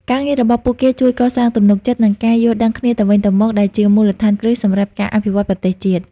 ការងាររបស់ពួកគេជួយកសាងទំនុកចិត្ត និងការយល់ដឹងគ្នាទៅវិញទៅមក ដែលជាមូលដ្ឋានគ្រឹះសម្រាប់ការអភិវឌ្ឍន៍ប្រទេសជាតិ។